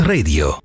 Radio